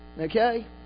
Okay